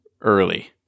early